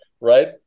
right